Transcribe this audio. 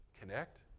connect